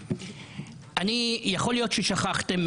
יכול להיות ששכחתם,